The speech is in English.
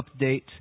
update